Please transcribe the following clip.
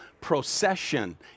procession